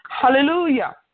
Hallelujah